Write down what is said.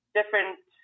different